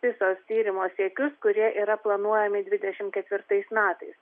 pisos tyrimo siekius kurie yra planuojami dvidešimt ketvirtais metais